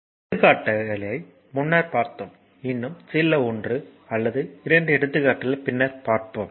சில எடுத்துக்காட்டுகளை முன்னர் பார்த்தோம் இன்னும் சில ஒன்று அல்லது இரண்டு எடுத்துக்காட்டுகளை பின்னர் பார்ப்போம்